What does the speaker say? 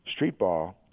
Streetball